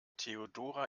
theodora